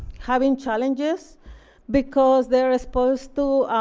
having challenges because they're exposed to